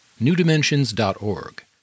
newdimensions.org